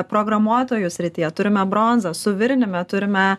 programuotojų srityje turime bronzą suvirinime turime